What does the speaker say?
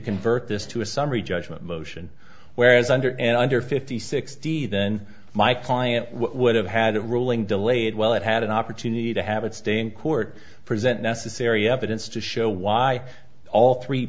convert this to a summary judgment motion whereas under and under fifty sixty then my client would have had a ruling delayed well it had an opportunity to have its day in court present necessary evidence to show why all three